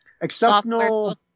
exceptional